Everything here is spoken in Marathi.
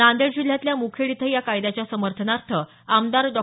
नांदेड जिल्ह्यातल्या मुखेड इथंही या कायद्याच्या समर्थनार्थ आमदार डॉ